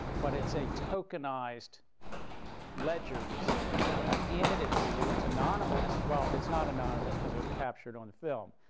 but it's a tokenized ledger receipt. i've handed it to you. it's anonymous well, it's not anonymous, because it was captured on the film.